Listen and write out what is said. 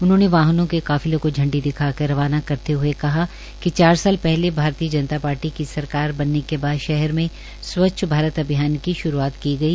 उन्होंने वाहनों के काफिले को झंडी दिखाकर रवाना करते हए कहा कि चार साल पहले भारतीय जनता पार्टी की सरकार बनने के बाद शहर में स्वच्छ भारत अभियान की श्रूआत की गई